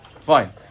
Fine